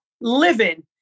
living